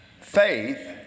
Faith